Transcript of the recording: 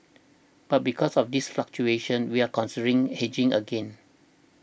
but because of these fluctuations we are considering hedging again